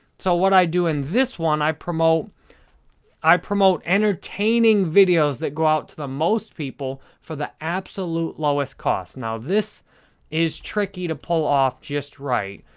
so, what i do in this one, i promote i promote entertaining videos that go out to the most people for the absolute lowest cost. now, this is tricky to pull off just right.